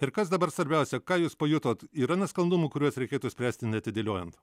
ir kas dabar svarbiausia ką jūs pajutot yra nesklandumų kuriuos reikėtų spręsti neatidėliojant